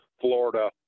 Florida